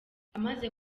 amaze